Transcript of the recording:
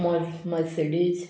मर्स मर्सिडीज